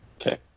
Okay